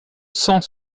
cent